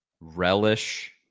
relish